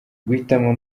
guhitamo